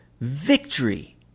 victory